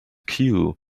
cue